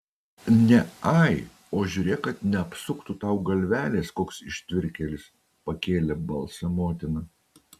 ne ai o žiūrėk kad neapsuktų tau galvelės koks ištvirkėlis pakėlė balsą motina